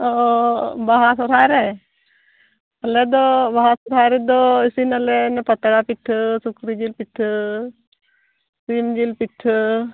ᱚᱻ ᱵᱟᱦᱟ ᱥᱚᱨᱦᱟᱭ ᱨᱮ ᱟᱞᱮᱫᱚ ᱵᱟᱦᱟ ᱥᱚᱨᱦᱟᱭ ᱨᱮᱫᱚ ᱤᱥᱤᱱᱟᱞᱮ ᱯᱟᱛᱲᱟ ᱯᱤᱴᱷᱟᱹ ᱥᱩᱠᱨᱤ ᱡᱤᱞ ᱯᱤᱴᱷᱟᱹ ᱥᱤᱢ ᱡᱤᱞ ᱯᱤᱴᱷᱟᱹ